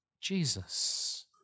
Jesus